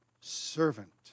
servant